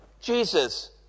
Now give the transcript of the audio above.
Jesus